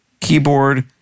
keyboard